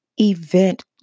event